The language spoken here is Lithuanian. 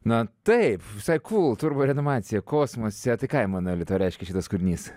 na taip visai cool turboreanimacija kosmose tai ką emanueli tau reiškia šitas kūrinys